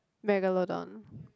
Megalodon